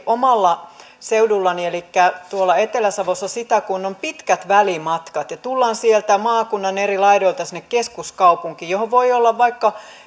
omalla seudullani elikkä tuolla etelä savossa sitä kun on pitkät välimatkat ja tullaan sieltä maakunnan eri laidoilta sinne keskuskaupunkiin johon voi olla vaikka